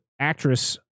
actress